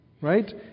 right